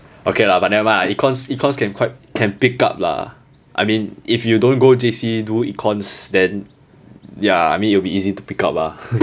okay lah but nevermind ah econs econs can quite can pick up lah I mean if you don't go J_C do econs then ya I mean it will be easy to pick up ah